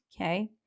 okay